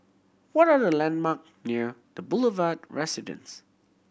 what are the landmark near The Boulevard Residence